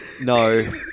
No